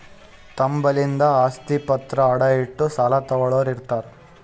ತಮ್ ಬಲ್ಲಿಂದ್ ಆಸ್ತಿ ಪತ್ರ ಅಡ ಇಟ್ಟು ಸಾಲ ತಗೋಳ್ಳೋರ್ ಇರ್ತಾರ